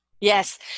Yes